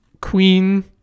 queen